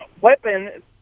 weapon